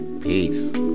Peace